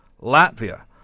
Latvia